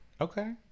Okay